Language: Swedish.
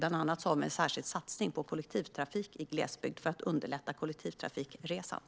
Bland annat har vi en särskild satsning på kollektivtrafik i glesbygd för att underlätta kollektivtrafikresande.